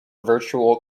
virtual